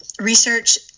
research